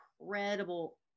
incredible